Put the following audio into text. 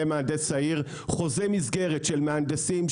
מהנדס העיר; חוזה מסגרת של מהנדסים,